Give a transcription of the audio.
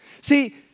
See